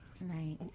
right